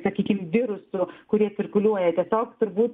sakykim virusų kurie cirkuliuoja tiesiog turbūt